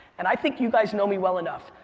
and i think you guys know me well enough.